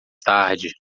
tarde